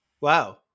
Wow